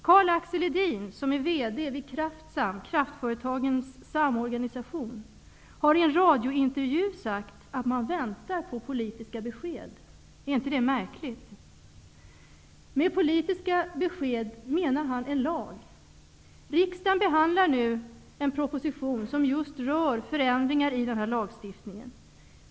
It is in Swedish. Karl-Axel Edin, som är VD vid Kraftsam, kraftföretagens samarbetsorganisation, har i en radiointervju sagt att man väntar på politiska besked. Är det inte märkligt? Med politiska besked menar han en lag. Riksdagen behandlar nu en proposition som rör förändringar i denna lagstiftning.